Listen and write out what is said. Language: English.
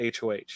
HOH